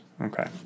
Okay